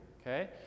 okay